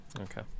Okay